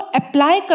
apply